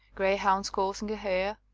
greyhounds coursing a hare,